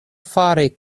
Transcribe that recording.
fari